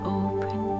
open